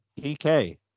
PK